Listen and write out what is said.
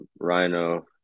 Rhino